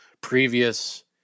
previous